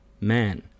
man